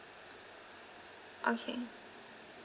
okay